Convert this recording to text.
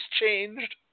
changed